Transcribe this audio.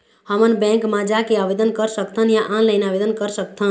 हमन बैंक मा जाके आवेदन कर सकथन या ऑनलाइन आवेदन कर सकथन?